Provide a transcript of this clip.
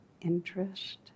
interest